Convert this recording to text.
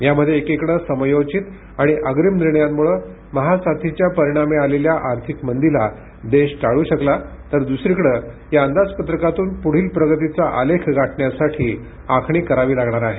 यामध्ये एकीकडे समयोचित आणि अग्रिम निर्णयांनुळे महासाथीच्या परिणामी आलेल्या आर्थिक मंदीला देश टाळू शकला तर दुसरीकडे या अंदाजपत्रकातून पुढील प्रगतीचा आलेख गाठण्यासाठी आखणी करावी लागणार आहे